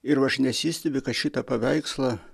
ir nesistebiu kad šitą paveikslą